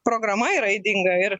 programa yra ydinga ir